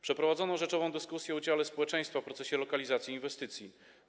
Przeprowadzono rzeczową dyskusję o udziale społeczeństwa w procesie lokalizacji inwestycji.